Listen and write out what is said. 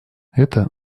это